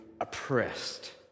oppressed